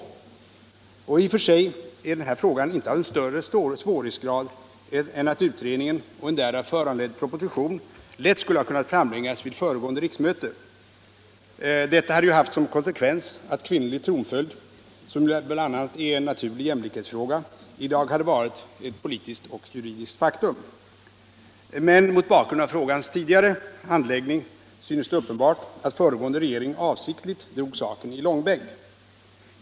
I och för sig är frågan inte av större svårighetsgrad än att utredningen och en därav föranledd proposition lätt skulle ha kunnat framläggas vid föregående riksmöte. Det skulle ha fått till konsekvens att kvinnlig tronföljd, som ju bl.a. är en naturlig jämlikhetsfråga, i dag hade varit ett politiskt och juridiskt faktum. Men mot bakgrund av frågans tidigare handläggning synes det uppenbart att föregående regering avsiktligt drog saken i långbänk.